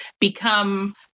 become